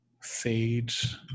sage